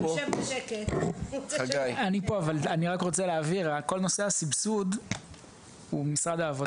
זה בעצם לגבי כל התוכניות שקיימות אצלנו במשרד הרווחה.